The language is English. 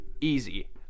easy